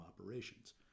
operations